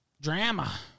Drama